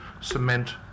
cement